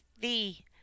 thee